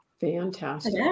Fantastic